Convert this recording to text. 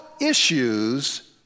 issues